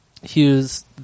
Hughes